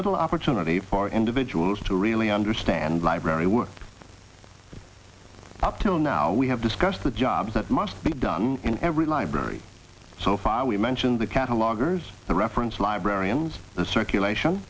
little opportunity for individuals to really understand library work up till now we have discussed the jobs that must be done in every library so far we mention the catalogers the reference library and the circulation